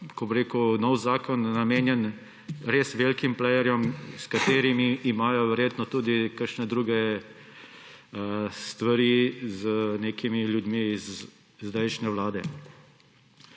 kako bi rekel? – novi zakon namenjen res velikim playerjem, ki imajo verjetno tudi kakšne druge stvari z nekimi ljudmi iz sedanje vlade.